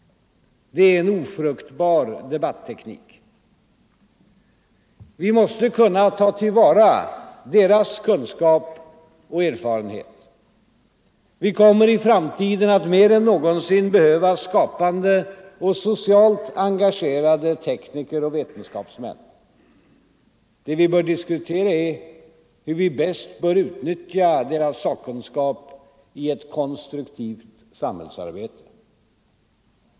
Det är en ofruktbar debatteknik. Vi måste kunna ta till vara deras kunskap och erfarenhet. Vi kommer i framtiden att mer än någonsin behöva skapande och socialt engagerade tekniker och vetenskapsmän. Det vi bör diskutera är hur vi bäst bör utnyttja deras sakkunskap i ett konstruktivt samhällsarbete.